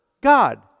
God